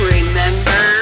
Remember